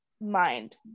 mind